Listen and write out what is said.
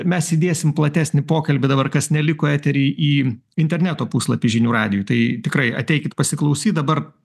mes įdėsim platesnį pokalbį dabar kas neliko etery į interneto puslapį žinių radijuj tai tikrai ateikit pasiklausyt dabar